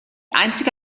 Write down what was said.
einzige